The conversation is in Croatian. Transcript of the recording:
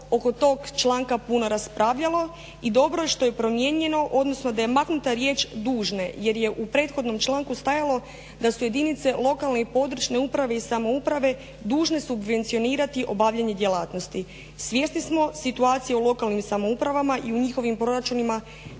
oko tog članka puno raspravljalo i dobro je što je promijenjeno odnosno da je maknuta riječ dužne, jer je u prethodnom članku stajalo. "Da su jedinice lokalne i područne uprave i samouprave dužne subvencionirati obavljanje djelatnosti". Svjesni smo situacije u lokalnim samoupravama i o njihovim proračunima